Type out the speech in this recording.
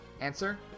Answer